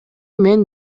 мен